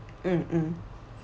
mm mm